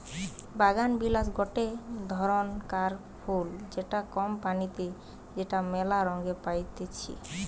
বাগানবিলাস গটে ধরণকার ফুল যেটা কম পানিতে যেটা মেলা রঙে পাইতিছি